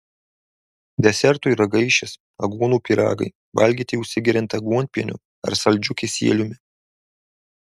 desertui ragaišis aguonų pyragai valgyti užsigeriant aguonpieniu ar saldžiu kisieliumi